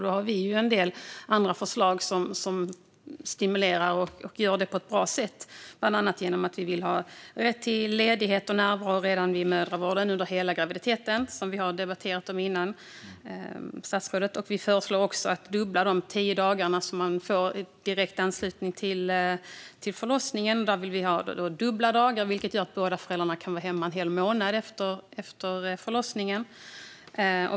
Där har vi en del andra förslag som stimulerar och gör det på ett bra sätt, bland annat förslag om rätt till ledighet för närvaro vid mödravården under hela graviditeten, som jag och statsrådet har debatterat om tidigare. Vi föreslår också en fördubbling av de tio dagar som man får i direkt anslutning till förlossningen, vilket gör att båda föräldrarna kan vara hemma en hel månad efter förlossningen.